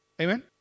Amen